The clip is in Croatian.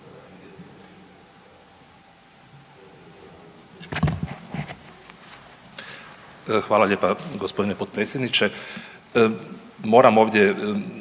Hvala lijepa, gospodine potpredsjedniče. Moram ovdje